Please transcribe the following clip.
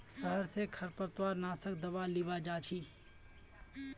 शहर स खरपतवार नाशक दावा लीबा जा छि